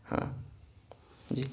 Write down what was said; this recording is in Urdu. ہاں جی